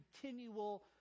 continual